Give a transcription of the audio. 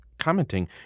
commenting